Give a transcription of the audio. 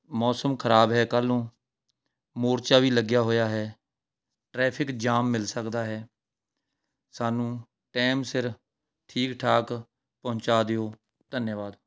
ਮੌਸਮ ਖਰਾਬ ਹੈ ਕੱਲ੍ਹ ਨੂੰ ਮੋਰਚਾ ਵੀ ਲੱਗਿਆ ਹੋਇਆ ਹੈ ਟ੍ਰੈਫਿਕ ਜਾਮ ਮਿਲ ਸਕਦਾ ਹੈ ਸਾਨੂੰ ਟਾਈਮ ਸਿਰ ਠੀਕ ਠਾਕ ਪਹੁੰਚਾ ਦਿਉ ਧੰਨਵਾਦ